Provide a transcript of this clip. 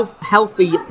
healthy